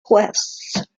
quests